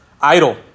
idol